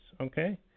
okay